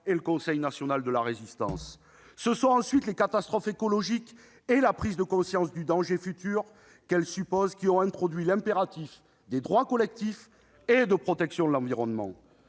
et le Conseil national de la Résistance. Ce sont ensuite les catastrophes écologiques et la prise de conscience du danger futur qu'elles supposent qui ont introduit l'impératif de droits collectifs et de protection de l'environnement.